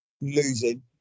Losing